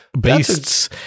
Beasts